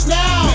now